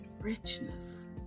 richness